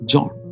John